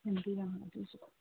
ꯊꯝꯕꯤꯔꯝꯃꯣ ꯑꯗꯨꯁꯨ